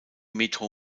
metro